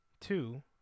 two